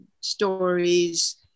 stories